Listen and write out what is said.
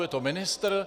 Je to ministr?